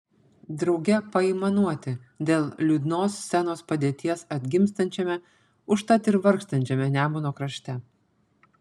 drauge paaimanuoti dėl liūdnos scenos padėties atgimstančiame užtat ir vargstančiame nemuno krašte